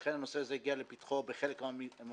ולכן הנושא הזה הגיע לפתחו בחלק מהמצבים